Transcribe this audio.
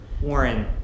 Warren